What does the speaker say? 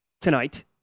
tonight